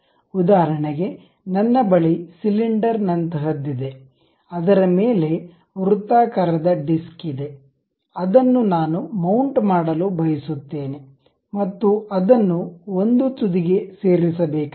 ಉದಾಹರಣೆಗೆ ನನ್ನ ಬಳಿ ಸಿಲಿಂಡರ್ ನಂತಹದ್ದಿದೆ ಅದರ ಮೇಲೆ ವೃತ್ತಾಕಾರದ ಡಿಸ್ಕ್ ಇದೆ ಅದನ್ನು ನಾನು ಮೌಂಟ್ ಮಾಡಲು ಬಯಸುತ್ತೇನೆ ಮತ್ತು ಅದನ್ನು ಒಂದು ತುದಿಗೆ ಸೇರಿಸಬೇಕಾಗಿದೆ